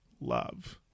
love